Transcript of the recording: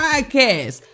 Podcast